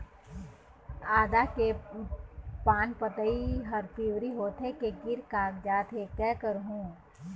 आदा के पान पतई हर पिवरी होथे के गिर कागजात हे, कै करहूं?